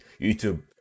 YouTube